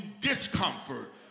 discomfort